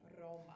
Roma